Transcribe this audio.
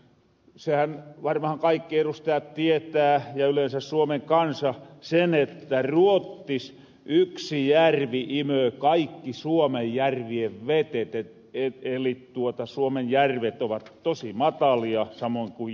senhän varmahan kaikki edustajat tietää ja yleensä suomen kansa sen että ruottis yksi järvi imöö kaikki suomen järvien vetet eli suomen järvet ovat tosi matalia samoin kuin joet